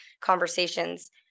conversations